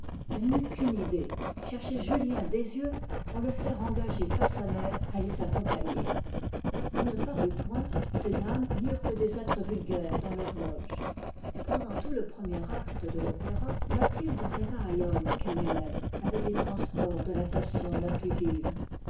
elle n'eut qu'une idée chercher julien des yeux pour le faire engager par sa mère a les accompagner il ne parut point ces dames n'eurent que des êtres vulgaires dans leur loge pendant tout le premier acte de l'opéra mathilde rêva à l'homme qu'elle aimait avec les transports de la passion la plus vive